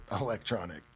electronic